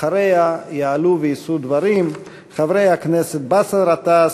אחריה יעלו ויישאו דברים חברי הכנסת באסל גטאס,